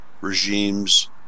regimes